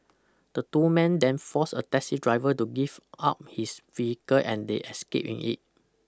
the two men then forced a taxi driver to give up his vehicle and they escaped in it